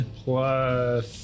plus